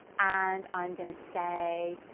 and i'm gonna say,